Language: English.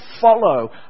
follow